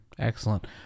excellent